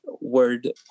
word